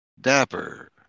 Dapper